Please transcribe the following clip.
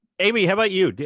amy, how about you?